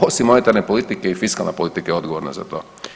Osim monetarne politike i fiskalna politika je odgovorna za to.